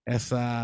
Essa